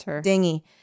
Dingy